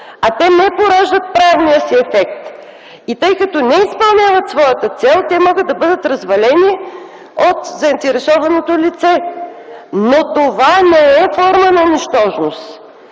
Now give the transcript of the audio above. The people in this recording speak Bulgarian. а те не пораждат правния си ефект. Тъй като не изпълняват своята цел, те могат да бъдат развалени от заинтересованото лице, но това не е форма на нищожност.